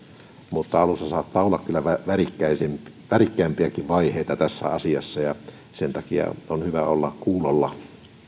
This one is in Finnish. mutta alussa saattaa olla kyllä värikkäämpiäkin värikkäämpiäkin vaiheita tässä asiassa ja sen takia on hyvä olla kuulolla